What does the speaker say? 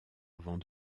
avant